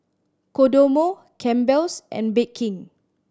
Kodomo Campbell's and Bake King